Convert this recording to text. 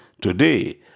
Today